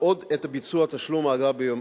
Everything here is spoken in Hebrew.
עוד יותר את ביצוע תשלום האגרה בזמן.